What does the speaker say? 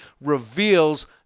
reveals